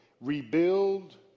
rebuild